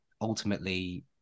ultimately